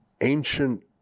ancient